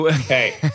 hey